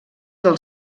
del